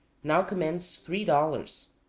now commands three dollars.